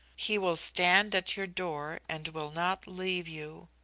he will stand at your door and will not leave you.